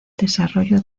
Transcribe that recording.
desarrollo